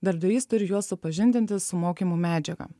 darbdavys turi juos supažindinti su mokymų medžiaga